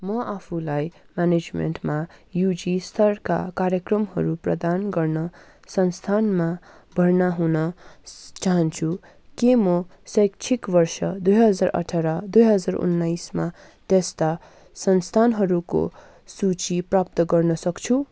म आफूलाई म्यानेजमेन्टमा युजी स्तरका कार्यक्रमहरू प्रदान गर्न संस्थानमा भर्ना हुन चाहन्छु के म शैक्षिक वर्ष दुई हजार अठार दुई हजार उन्नाइसमा त्यस्ता संस्थानहरूको सूची प्राप्त गर्न सक्छु